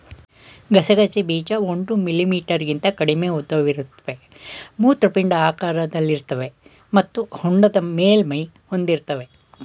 ಗಸಗಸೆ ಬೀಜ ಒಂದು ಮಿಲಿಮೀಟರ್ಗಿಂತ ಕಡಿಮೆ ಉದ್ದವಿರುತ್ತವೆ ಮೂತ್ರಪಿಂಡ ಆಕಾರದಲ್ಲಿರ್ತವೆ ಮತ್ತು ಹೊಂಡದ ಮೇಲ್ಮೈ ಹೊಂದಿರ್ತವೆ